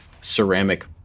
ceramic